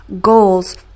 goals